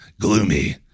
gloomy